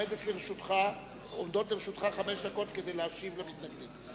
עומדות לרשותך חמש דקות כדי להשיב למתנגדים.